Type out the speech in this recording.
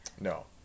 No